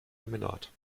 laminat